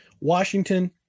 Washington